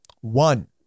One